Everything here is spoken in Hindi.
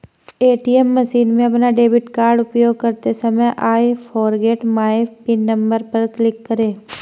ए.टी.एम मशीन में अपना डेबिट कार्ड उपयोग करते समय I forget my pin number पर क्लिक करें